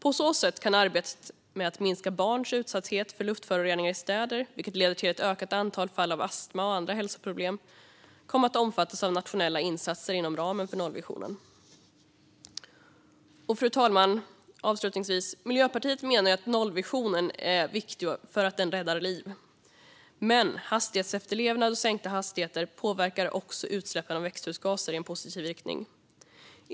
På så sätt kan arbetet med att minska barns utsatthet för luftföroreningar i städer, vilket leder till ett ökat antal fall av astma och andra hälsoproblem, komma att omfattas av nationella insatser inom ramen för nollvisionen. Fru talman! Avslutningsvis: Miljöpartiet menar att nollvisionen är viktig för att den räddar liv. Men hastighetsefterlevnad och sänkta hastigheter påverkar också utsläppen av växthusgaser i en positiv riktning.